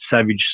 savage